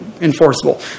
enforceable